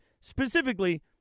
specifically